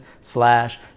slash